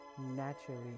naturally